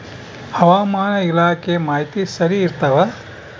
ಹವಾಮಾನ ಇಲಾಖೆ ಮಾಹಿತಿ ಸರಿ ಇರ್ತವ?